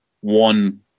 one